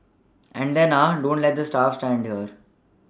and then ah don't let the staff stand here